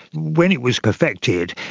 when it was perfected,